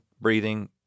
breathing